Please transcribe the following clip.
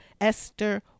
esther